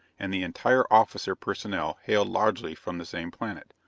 and the entire officer personnel hailed largely from the same planet,